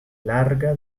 larga